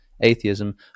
atheism